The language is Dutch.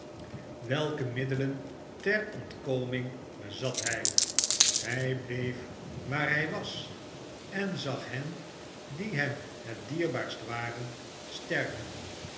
welke middelen ter ontkoming bezat hij hij bleef waar hij was en zag hen die hem het dierbaarst waren sterven